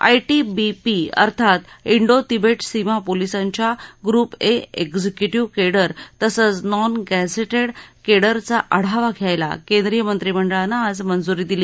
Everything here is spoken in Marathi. आय टी बी पी अर्थात इंडो तिबेट सीमा पोलिसांच्या ग्रुप ए एक्झिक्यूटिव्ह केडर तसच नॉन गद्धिटिड केडरचा आढावा घ्यायला केंद्रीय मंत्रिमंडळानं आज मंजुरी दिली